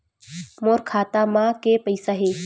मोर खाता म के पईसा हे?